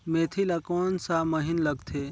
मेंथी ला कोन सा महीन लगथे?